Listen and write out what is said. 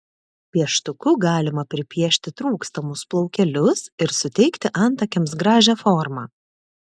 pieštuku galima pripiešti trūkstamus plaukelius ir suteikti antakiams gražią formą